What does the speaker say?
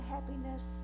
Happiness